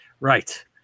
Right